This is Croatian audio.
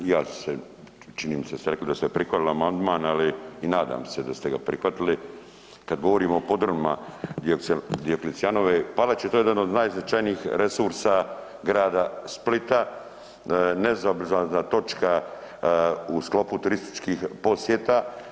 I ja sam se, čini mi se da ste rekli da ste prihvatili amandman, ali i nadam se da ste ga prihvatili, kad govorimo o podrumima Dioklecijanove palače, to je jedan od najznačajnijih resursa grada Splita, nezaobilazna točka u sklopu turističkih posjeta.